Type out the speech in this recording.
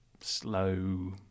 slow